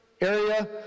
area